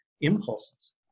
impulses